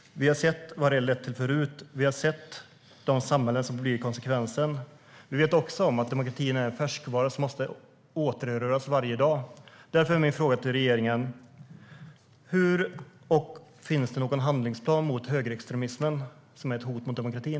Vi har sett vad det har lett till förut. Vi har sett de samhällen som blir konsekvensen. Vi vet också om att demokratin är en färskvara som måste återerövras varje dag. Därför är min fråga till regeringen: Finns det någon handlingsplan mot högerextremismen, som är ett hot mot demokratin?